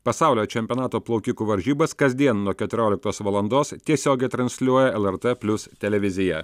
pasaulio čempionato plaukikų varžybas kasdien nuo keturioliktos valandos tiesiogiai transliuoja lrt plius televizija